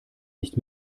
nicht